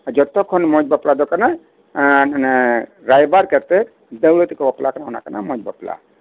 ᱡᱚᱛᱚ ᱠᱷᱚᱱ ᱢᱚᱸᱡᱽ ᱵᱟᱯᱞᱟ ᱫᱚ ᱠᱟᱱᱟ ᱚᱱᱮ ᱨᱟᱭᱵᱟᱨ ᱠᱟᱛᱮᱫ ᱫᱟᱹᱣᱲᱟᱹ ᱛᱮᱠᱚ ᱵᱟᱯᱞᱟᱜ ᱠᱟᱱᱟ ᱚᱱᱟ ᱠᱟᱱᱟ ᱢᱚᱸᱡᱽ ᱵᱟᱯᱞᱟ